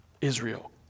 Israel